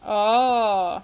oh